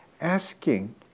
asking